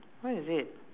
what is it